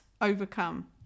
Overcome